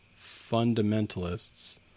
fundamentalists